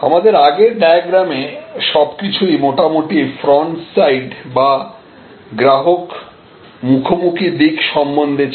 আমাদের আগের ডায়াগ্রামে সবকিছুই মোটামুটি ফ্রন্ট সাইড বা গ্রাহক মুখোমুখি দিক সম্বন্ধে ছিল